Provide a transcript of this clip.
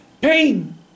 pain